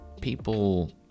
people